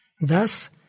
Thus